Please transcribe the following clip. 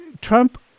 trump